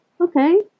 okay